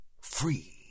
free